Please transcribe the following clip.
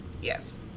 yes